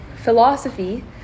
philosophy